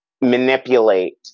manipulate